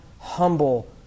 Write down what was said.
humble